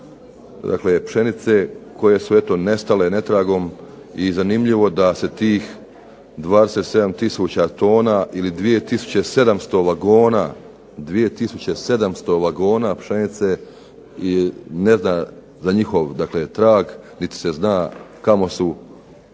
dakle pšenice koje su nestale netragom i zanimljivo da se tih 27 tisuća tona ili 2 tisuće 700 vagona pšenice ne zna se za njihov trag niti se "ne zna" kamo su nestale.